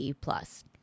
plus